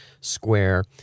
square